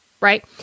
right